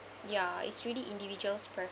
ya it's really individual's